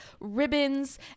ribbons